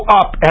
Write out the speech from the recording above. up